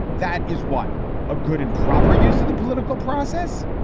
that is what a good and proper use of the political process.